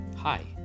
Hi